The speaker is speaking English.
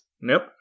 Nope